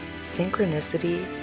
synchronicity